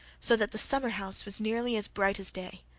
so that the summer-house was nearly as bright as day.